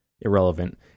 irrelevant